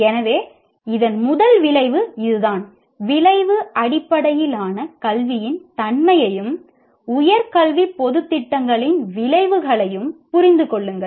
எனவே இதன் முதல் விளைவு இதுதான் "விளைவு அடிப்படையிலான கல்வியின் தன்மையையும் உயர் கல்வி பொது திட்டங்களின் விளைவுகளையும் புரிந்து கொள்ளுங்கள்"